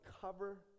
cover